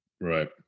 Right